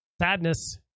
Sadness